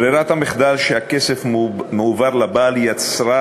ברירת המחדל שהכסף מועבר לבעל יצרה